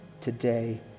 today